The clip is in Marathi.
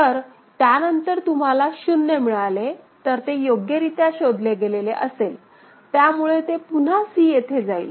तर त्यानंतर तुम्हाला शून्य मिळाले तर ते योग्यरीत्या शोधले गेलेले असेल त्यामुळे ते पुन्हा c येथे जाईल